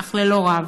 אך ללא רב.